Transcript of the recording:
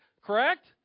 correct